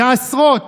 ועשרות,